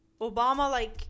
Obama-like